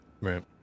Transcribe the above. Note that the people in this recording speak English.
Right